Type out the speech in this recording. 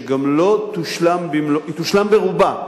שגם לא תושלם במלואה,